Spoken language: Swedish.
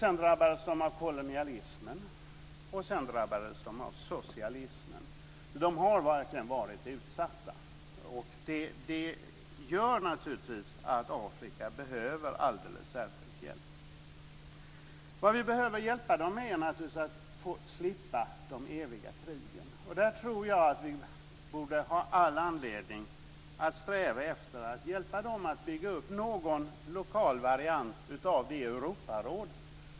Sedan drabbades man av kolonialismen och därefter av socialismen. Afrika har verkligen varit utsatt. Det gör naturligtvis att Afrika behöver alldeles särskild hjälp.